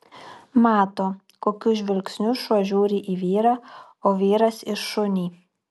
mato kokiu žvilgsniu šuo žiūri į vyrą o vyras į šunį